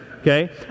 okay